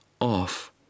off